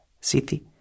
city